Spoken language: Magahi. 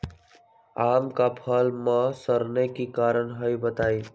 आम क फल म सरने कि कारण हई बताई?